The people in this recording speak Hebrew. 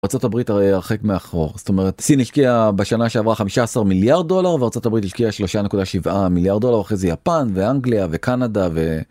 ארה״ב הרי הרחק מאחור, זאת אומרת סין השקיעה בשנה שעברה 15 מיליארד דולר וארה״ב השקיעה 3.7 מיליארד דולר, אחרי זה יפן ואנגליה וקנדה.